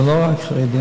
זה לא רק חרדים,